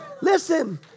Listen